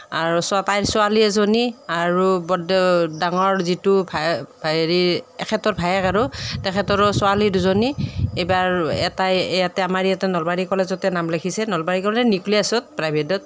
আৰু ছোৱালী এজনী আৰু ডাঙৰ যিটো ভায়েক হেৰি এখেতৰ ভায়েক আৰু তেখেতৰো ছোৱালী দুজনী এইবাৰ এটাই ইয়াতে আমাৰ ইয়াতে নলবাৰী কলেজতে নাম লিখিছে নলবাৰী কলেজত নিউক্লিয়াছত প্ৰাইভেটত